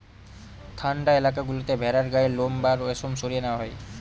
ঠান্ডা এলাকা গুলোতে ভেড়ার গায়ের লোম বা রেশম সরিয়ে নেওয়া হয়